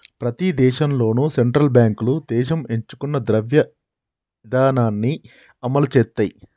ప్రతి దేశంలోనూ సెంట్రల్ బ్యాంకులు దేశం ఎంచుకున్న ద్రవ్య ఇధానాన్ని అమలు చేత్తయ్